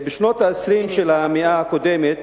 בשנות ה-20 של המאה הקודמת